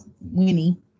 Winnie